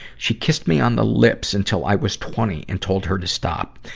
she kissed me on the lips until i was twenty and told her to stop.